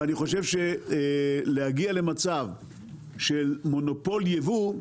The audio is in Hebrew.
אני חושב שלהגיע למצב של מונופול יבוא,